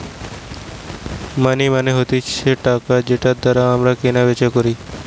মানি মানে হতিছে টাকা যেটার দ্বারা আমরা কেনা বেচা করি